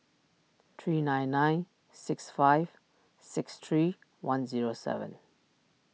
three nine nine six five six three one zero seven